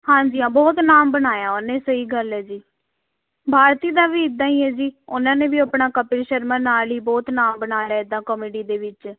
ਹਾਂਜੀ ਹਾਂ ਬਹੁਤ ਨਾਮ ਬਣਾਇਆ ਉਹਨੇ ਸਹੀ ਗੱਲ ਹੈ ਜੀ ਭਾਰਤੀ ਦਾ ਵੀ ਇੱਦਾਂ ਹੀ ਹੈ ਜੀ ਉਹਨਾਂ ਨੇ ਵੀ ਆਪਣਾ ਕਪਿਲ ਸ਼ਰਮਾ ਨਾਲ ਹੀ ਬਹੁਤ ਨਾਂ ਬਣਾ ਲਿਆ ਇੱਦਾਂ ਕੋਮੇਡੀ ਦੇ ਵਿੱਚ